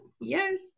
Yes